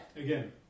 Again